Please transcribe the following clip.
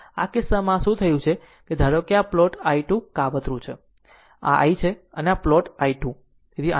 તો આ કિસ્સામાં આ શું થયું છે કે ધારો કે આ પ્લોટ i 2 કાવતરું છે આ હું છે અને જો પ્લોટ i 2